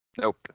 Nope